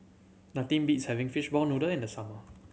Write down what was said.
nothing beats having fishball noodle in the summer